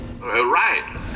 Right